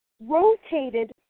rotated